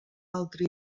altre